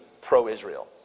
pro-Israel